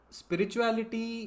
spirituality